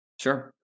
Sure